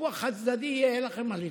סיפוח חד-צדדי יהיה, אין לכם מה לדאוג,